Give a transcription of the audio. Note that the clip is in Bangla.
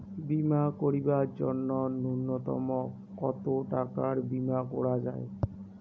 বীমা করিবার জন্য নূন্যতম কতো টাকার বীমা করা যায়?